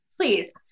please